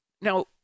Now